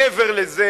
מעבר לזה,